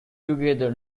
together